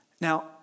Now